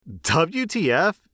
WTF